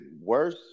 worse